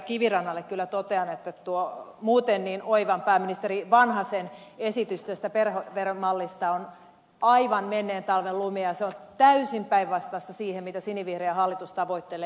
kivirannalle kyllä totean että tuo muuten niin oivan pääministeri vanhasen esitys tästä perheveromallista on aivan menneen talven lumia ja se on täysin päinvastaista kuin se mitä sinivihreä hallitus tavoittelee